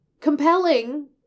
compelling